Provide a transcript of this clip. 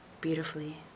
beautifully